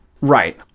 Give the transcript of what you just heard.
Right